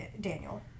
Daniel